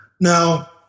Now